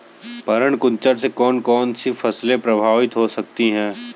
पर्ण कुंचन से कौन कौन सी फसल प्रभावित हो सकती है?